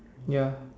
ya